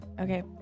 Okay